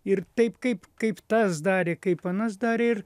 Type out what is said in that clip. ir taip kaip kaip tas darė kaip anas darė ir